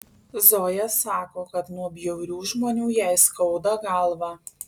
zoja sako kad nuo bjaurių žmonių jai skauda galvą